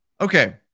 Okay